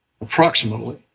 approximately